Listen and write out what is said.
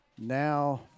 Now